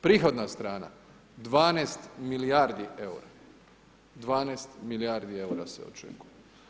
Prihodna strana 12 milijardi eura, 12 milijardi eura se očekuje.